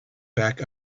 back